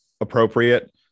appropriate